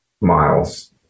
miles